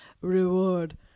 reward